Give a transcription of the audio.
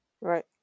Right